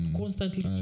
constantly